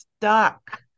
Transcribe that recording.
stuck